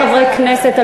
מותר לשני חברי כנסת,